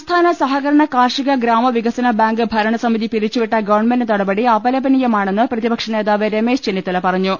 സംസ്ഥാന സഹകരണ കാർഷിക ഗ്രാമ വികസന ബാങ്ക് ഭര ണസമിതി പിരിച്ചുവിട്ട ഗവൺമെന്റ് നടപടി അപലപനീയമാണെന്ന് പ്രതിപക്ഷനേതാവ് രമേശ് ചെന്നിത്തല പറഞ്ഞു